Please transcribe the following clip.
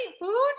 Food